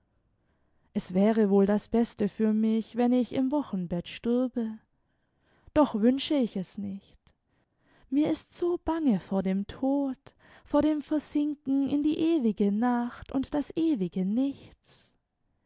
es wäre wohl das beste für mich wenn ich im wochenbett stürbe doch wünsche ich es nicht mir ist so bange vor dem tod vor dem versinken in die ewige nacht und das ewige nichts